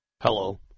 Hello